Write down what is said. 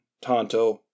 Tonto